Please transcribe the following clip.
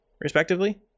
respectively